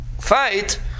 fight